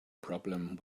problem